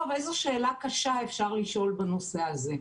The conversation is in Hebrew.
איזו שאלה קשה אפשר לשאול בנושא הזה,